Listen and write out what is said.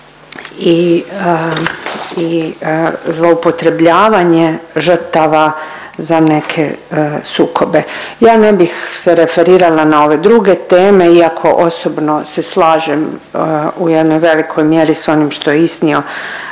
i zloupotrebljavanje žrtava za neke sukobe. Ja ne bih se referirala na ove druge teme iako osobno se slažem u jednoj velikoj mjeri s onim što je iznio